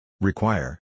Require